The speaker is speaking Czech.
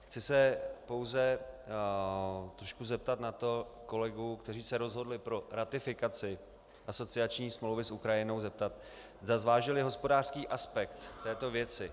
Chci se pouze trošku zeptat kolegů, kteří se rozhodli pro ratifikaci asociační smlouvy s Ukrajinou, zda zvážili hospodářský aspekt této věci.